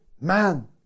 man